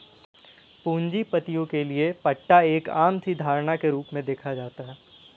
पूंजीपतियों के लिये पट्टा एक आम सी धारणा के रूप में देखा जाता है